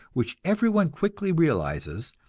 which everyone quickly realizes,